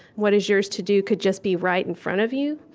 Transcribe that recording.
what is yours to do could just be right in front of you.